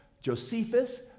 Josephus